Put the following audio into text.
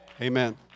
Amen